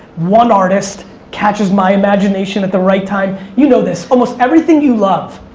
one artist catches my imagination at the right time, you know this, almost everything you love,